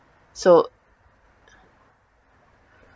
so